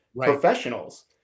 professionals